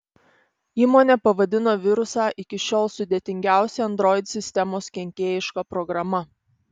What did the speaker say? įmonė pavadino virusą iki šiol sudėtingiausia android sistemos kenkėjiška programa